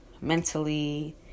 mentally